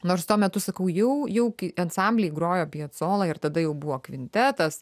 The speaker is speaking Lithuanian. nors tuo metu sakau jau jau k ansambliai grojo piacolą ir tada jau buvo kvintetas